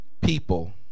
people